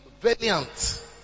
valiant